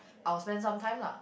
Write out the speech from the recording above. I will spend some time lah